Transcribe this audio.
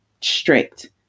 strict